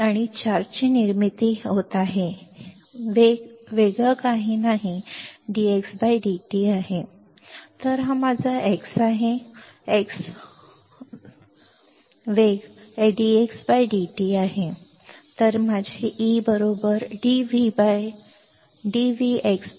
आणि चार्ज ची निर्मिती आहे वेग वेगळं काही नाही dxdt My हा माझा x आहे माझा x वेग dxdt आहे